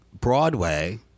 broadway